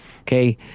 Okay